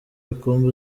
rukumbi